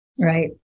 Right